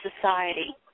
society